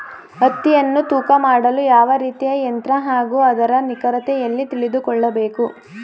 ಹತ್ತಿಯನ್ನು ತೂಕ ಮಾಡಲು ಯಾವ ರೀತಿಯ ಯಂತ್ರ ಹಾಗೂ ಅದರ ನಿಖರತೆ ಎಲ್ಲಿ ತಿಳಿದುಕೊಳ್ಳಬೇಕು?